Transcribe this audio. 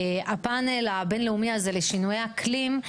הפאנל הבינלאומי הזה לשינוי האקלים,